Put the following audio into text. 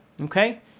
Okay